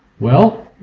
well